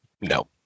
No